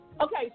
Okay